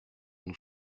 nous